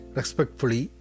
respectfully